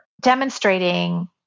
demonstrating